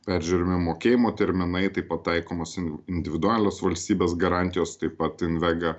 peržiūrimi mokėjimo terminai taip pat taikomos individualios valstybės garantijos taip pat invega